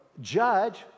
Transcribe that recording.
judge